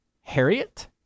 Harriet